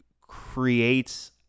creates